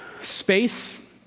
Space